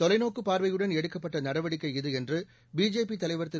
தொலைநோக்குப் பார்வையுடன் எடுக்கப்பட்ட நடவடிக்கை இது என்று பிஜேபி தலைவர் திரு